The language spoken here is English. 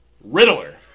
Riddler